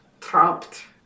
trapped